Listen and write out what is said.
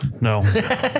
No